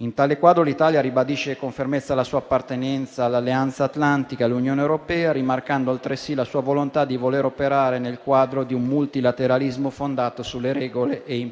In tale quadro, l'Italia ribadisce con fermezza la sua appartenenza all'Alleanza atlantica e all'Unione europea, rimarcando altresì la sua volontà di operare nel quadro di un multilateralismo fondato sulle regole e imperniato